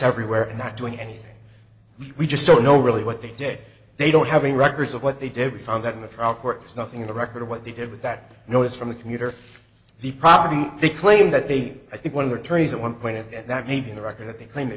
everywhere and not doing anything we just don't know really what they did they don't have any records of what they did we found that in the trial court is nothing in the record of what they did with that notice from the commuter the property they claim that they i think one of the attorneys at one point of that maybe the record that they claim t